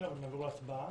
ונעבור להצבעה.